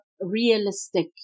realistic